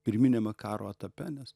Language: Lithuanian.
pirminiame karo etape nes